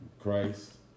Christ